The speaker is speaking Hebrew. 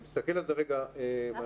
אני מסתכל על זה רגע גם מהצד,